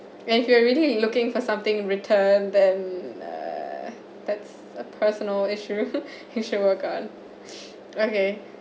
and if you are already in looking for something in return then uh that's a personal issue you should work on okay